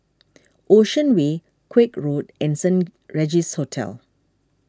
Ocean Way Koek Road and Saint Regis Hotel